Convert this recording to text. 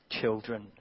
children